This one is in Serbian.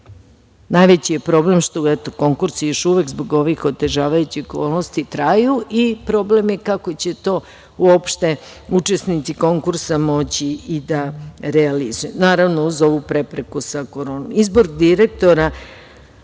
je problem što konkursi još uvek zbog ovih otežavajućih okolnosti traju i problem je kako će to uopšte učesnici konkursa moći i da realizuju, naravno uz ovu prepreku sa koronom. Izbor direktora,